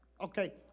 Okay